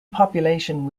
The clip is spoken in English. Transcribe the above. population